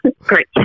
Great